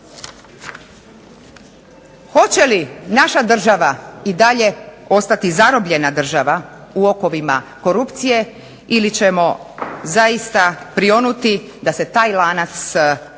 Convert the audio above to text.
Hoće li naša država i dalje ostati zarobljena država u okovima korupcije ili ćemo zaista prionuti da se taj lanac